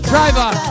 Driver